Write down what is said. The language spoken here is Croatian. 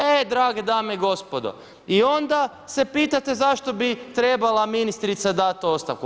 E drage dame i gospodo i onda se pitate zašto bi trebala ministrica dati ostavku.